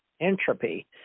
entropy